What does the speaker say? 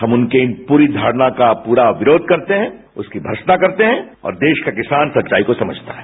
हम उनकी इन प्ररी धारणा का विरोध करते हैं और उसकी भर्तसना करते हैं और देश का किसान सच्चाई को समझता है